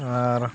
ᱟᱨ